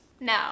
No